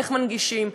איך מנגישים,